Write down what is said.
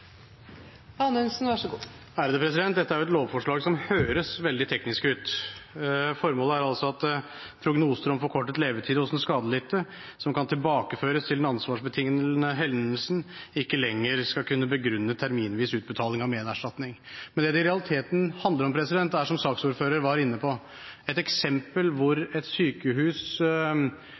altså at prognoser om forkortet levetid hos den skadelidte som kan tilbakeføres til den ansvarsbetingende hendelsen, ikke lenger skal kunne begrunne terminvis utbetaling av menerstatning. Men det som det i realiteten handler om, er – som saksordføreren var inne på – at hvis f.eks. et